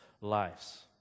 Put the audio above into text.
lives